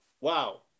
Wow